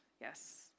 Yes